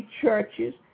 churches